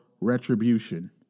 Retribution